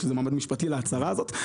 יש לזה מעמד משפטי להצהרה הזאת.